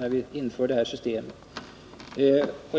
när vi inför det här systemet.